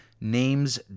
Names